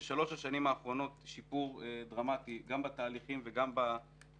בשלוש השנים האחרונות היה שיפור דרמטי בתהליכים וגם בהחלטות.